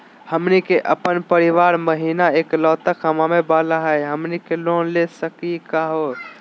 हमनी के अपन परीवार महिना एकलौता कमावे वाला हई, हमनी के लोन ले सकली का हो?